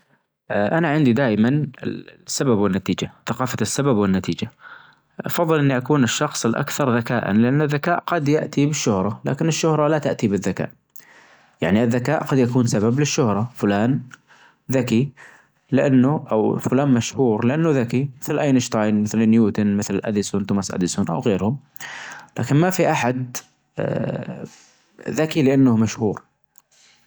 والله هاد السؤال مره صعب بس تجريبا أتفجد هاتفي تجريبًا من عشرين إلى ثلاثين مرة في اليوم، سواء عشان اتفجد الرسائل أو الإعلامات أو حتى في حالة الملل.